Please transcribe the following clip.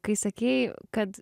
kai sakei kad